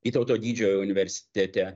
vytauto didžiojo universitete